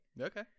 Okay